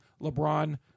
LeBron